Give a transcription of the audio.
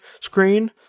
screen